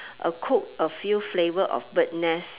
uh cook a few flavour of bird nest